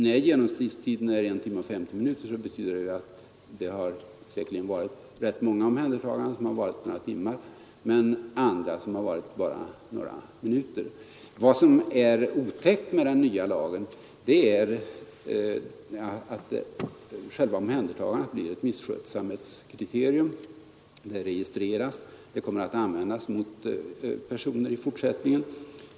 När genomsnittstiden är 1 timme 50 minuter betyder det att rätt många omhändertaganden säkerligen har varat några timmar medan andra har varat några minuter. Vad som är otäckt med den nya lagen är att själva omhändertagandet blir ett misskötsamhetskriterium. Det registreras, det kommer att användas mot personen i fortsättningen.